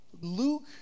Luke